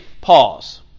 Pause